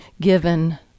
given